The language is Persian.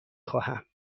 خواهم